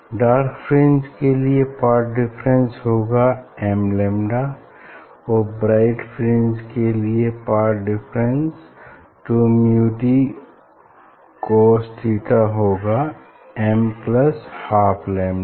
dark fringe के लिए path difference होगा एम लैम्डा और ब्राइट फ्रिंज के लिए path difference two mu d cos theta होगा एम प्लस हाफ लैम्डा